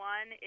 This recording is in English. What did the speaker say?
One